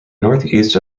northeast